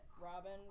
Robin